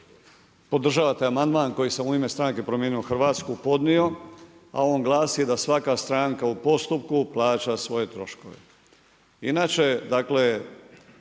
podržavate amandman koji sam u ime stranke Promijenimo Hrvatsku podnio, a on glasi da svaka stranka u postupku plaća svoje troškove.